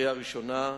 הרי יש היום אולי יותר